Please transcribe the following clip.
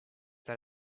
that